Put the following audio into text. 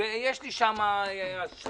ויש לי שם אשראי,